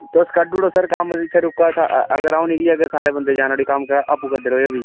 तुस कड्ढी ओड़ो सर कम्म इत्थै रुका अगर अ'ऊं निकली जह्गा सारे बंदें जाना उठी कम्म आपूं करदे रवेओ भी